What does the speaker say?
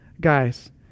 guys